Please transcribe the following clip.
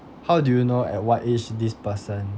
how do you know at what age this person